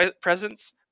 presence